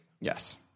Yes